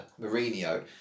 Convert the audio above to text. Mourinho